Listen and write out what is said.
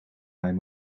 mijn